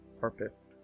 purpose